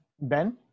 Ben